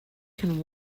can